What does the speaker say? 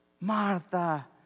Martha